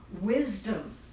wisdom